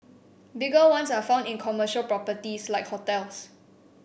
bigger ones are found in commercial properties like hotels